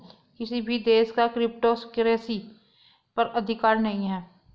किसी भी देश का क्रिप्टो करेंसी पर अधिकार नहीं है